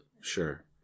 sure